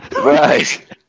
Right